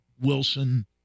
Wilson